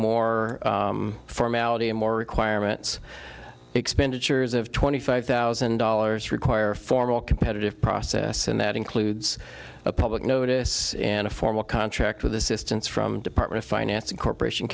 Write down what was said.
more formality and more requirements expenditures of twenty five thousand dollars require a formal competitive process and that includes a public notice in a formal contract with assistance from department finance corporation